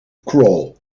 crawl